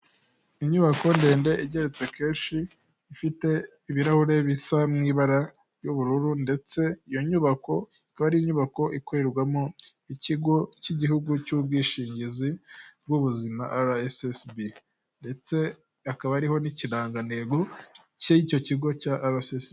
Inyubako ndende igeretse kenshi ifite ibirahure bisa n'ibara ry'ubururu ndetse iyo nyubako akaba ari inyubako ikorerwamo ikigo cy'igihugu cy'ubwishingizi bw'ubuzima ara esi esi bi ndetse hakaba hariho n'ikirangantego cy'icyo kigo cya ara esesi bi.